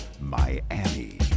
miami